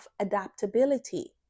adaptability